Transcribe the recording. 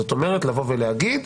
זאת אומרת, לבוא ולהגיד,